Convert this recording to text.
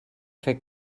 fer